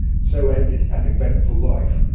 so ended an eventful life,